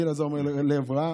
רבי אלעזר אומר, לב רע.